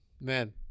Man